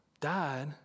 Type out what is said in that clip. died